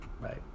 Right